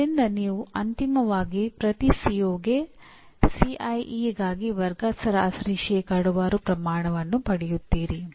ಆದ್ದರಿಂದ ಇವು ಯಾವಾಗಲೂ ಉತ್ತಮ ಕಲಿಕೆಯ ಮೂರು ಪ್ರಮುಖ ತತ್ವಗಳಾಗಿವೆ